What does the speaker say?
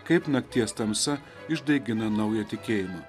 kaip nakties tamsa išdegina naują tikėjimą